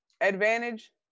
advantage